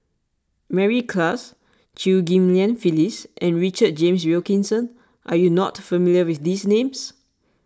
Mary Klass Chew Ghim Lian Phyllis and Richard James Wilkinson are you not familiar with these names